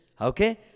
Okay